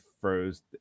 froze